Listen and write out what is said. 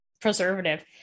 preservative